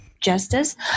justice